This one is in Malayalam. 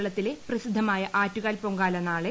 കേരളത്തിലെ പ്രസിദ്ധമായ ആറ്റുകാൽ പൊങ്കാല നാളെ